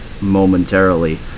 momentarily